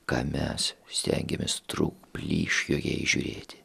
ką mes stengėmės trūks plyš joje įžiūrėti